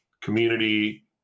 community